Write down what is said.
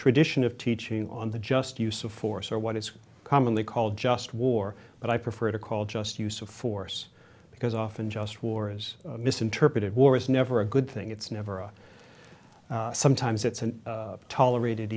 tradition of teaching on the just use of force or what is commonly called just war but i prefer to call just use of force because often just war is misinterpreted war is never a good thing it's never a sometimes it's an tolerated